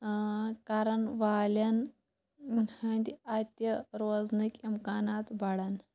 كرن والٮ۪ن ہٕنٛدۍ اتہِ روزنٕكۍ اِمكانات بڈن